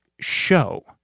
show